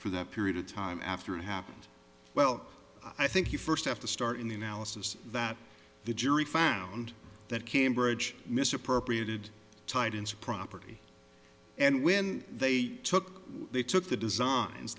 for that period of time after it happened well i think you first have to start in the analysis that the jury found that cambridge misappropriated tied into property and when they took they took the designs